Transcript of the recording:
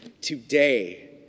Today